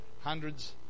hundreds